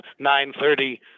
930